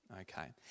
Okay